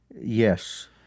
Yes